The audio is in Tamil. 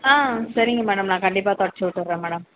ஆ சரிங்க மேடம் நான் கண்டிப்பாக தொடைச்சு விட்டுறேன் மேடம்